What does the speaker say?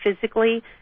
physically